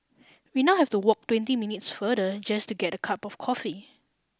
we now have to walk twenty minutes farther just to get a cup of coffee